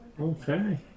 Okay